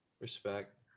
respect